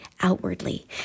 outwardly